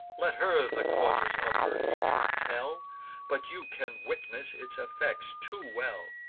let her the causes of her hatred tell but you can witness its effects too well.